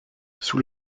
sous